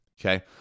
okay